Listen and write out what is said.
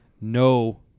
No